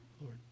Lord